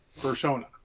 Persona